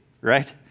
right